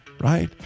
right